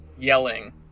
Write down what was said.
yelling